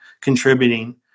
contributing